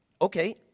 Okay